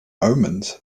omens